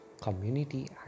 community